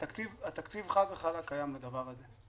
התקציב חד וחלק קיים בדבר הזה.